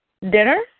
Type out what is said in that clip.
Dinner